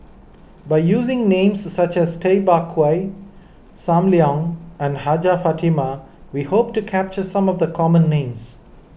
by using names such as Tay Bak Koi Sam Leong and Hajjah Fatimah we hope to capture some of the common names